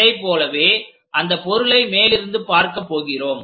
இதைப் போலவே அந்த பொருளை மேலிருந்து பார்க்க போகிறோம்